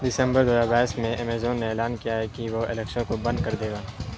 دسمبر دو ہزار بائس میں ایمیزون نے اعلان کیا ہے کہ وہ الیکسا کو بند کر دے گا